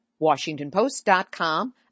WashingtonPost.com